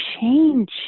change